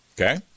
Okay